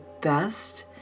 best